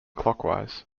clockwise